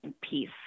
peace